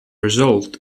result